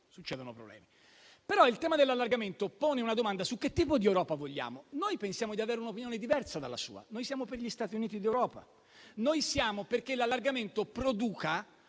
succedono problemi. Però, il tema dell'allargamento pone una domanda su che tipo di Europa vogliamo. Noi pensiamo di avere un'opinione diversa dalla sua. Noi siamo per gli Stati Uniti d'Europa, noi siamo perché l'allargamento produca